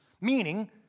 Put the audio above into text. meaning